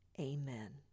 Amen